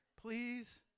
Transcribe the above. Please